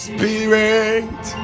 Spirit